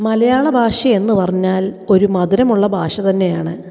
മലയാള ഭാഷ എന്ന് പറഞ്ഞാൽ ഒരു മധുരമുള്ള ഭാഷ തന്നെയാണ്